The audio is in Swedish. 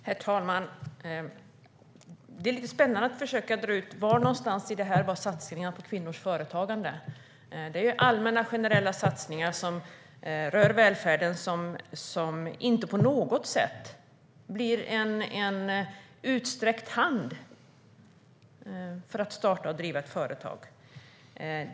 Herr talman! Det är lite spännande att försöka dra fram var någonstans i allt detta det finns satsningar på kvinnors företagande. Det är fråga om allmänna generella satsningar som rör välfärden, som inte på något sätt blir en utsträckt hand för att starta och driva ett företag.